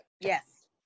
Yes